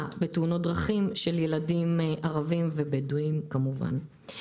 בתאונות דרכים של ילדים ערבים ובדווים כמובן.